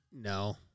No